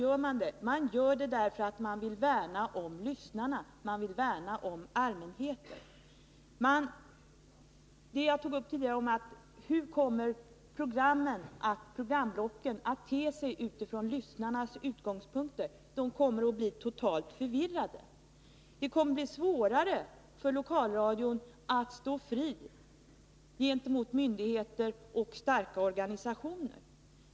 Jo, därför att man vill värna om lyssnarna, man vill värna om allmänheten. Jag tog tidigare upp frågan hur programblocken kommer att te sig utifån lyssnarnas utgångspunkter. Lyssnarna kommer att bli totalt förvirrade. Och det kommer att bli svårare för lokalradion att stå fri gentemot myndigheter och starka organisationer.